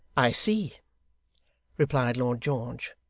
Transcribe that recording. i see replied lord george,